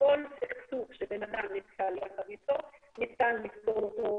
שכל סכסוך שבן אדם נתקל בו ניתן לפתור אותו,